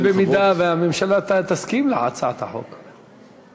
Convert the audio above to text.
זה אם הממשלה תסכים להצעת החוק,